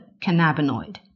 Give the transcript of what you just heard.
cannabinoid